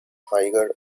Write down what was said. higher